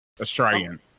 australian